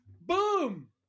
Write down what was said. Boom